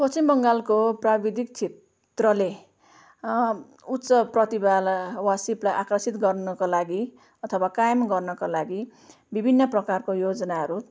पश्चिम बङ्गालको प्राविधिक क्षेत्रले उच्च प्रतिभालाई वा सिपलाई आकर्षित गर्नको लागि अथवा कायम गर्नका लागि विभिन्न प्रकारको योजनाहरू